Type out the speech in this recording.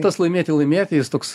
tas laimėti laimėti jis toks